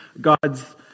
God's